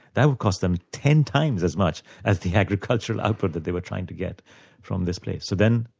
that would cost them ten times as much as the agricultural output that they were trying to get from this place. so then,